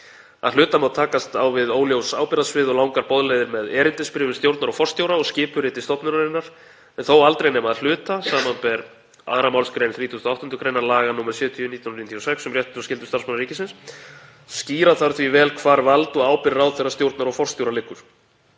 Að hluta má takast á við óljós ábyrgðarsvið og langar boðleiðir með erindisbréfum stjórnar og forstjóra og skipuriti stofnunarinnar en þó aldrei nema að hluta, sbr. 2. mgr. 38. gr. laga nr. 70/1996, um réttindi og skyldur starfsmanna ríkisins. Skýra þarf því vel hvar vald og ábyrgð ráðherra, stjórnar og forstjóra liggur.“